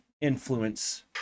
influence